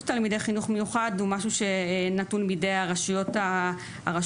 תלמידי חינוך מיוחד הוא משהו שנתון בידי הרשויות המקומיות,